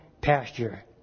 pasture